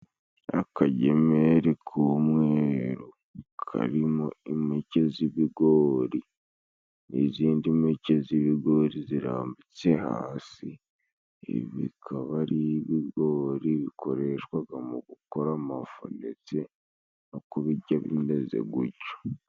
Akagemeri k'umweru karimo impeke z'ibigori n'izindi mpeke z'ibigori zirambitse hasi, ibi bikaba ari ibigori bikoreshwaga mu gukora amafu ndetse no kubirya bimeze guco.